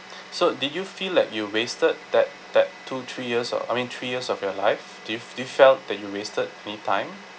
so did you feel like you wasted that that two three years ah I mean three years of your life do you do you felt that you wasted in time